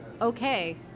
Okay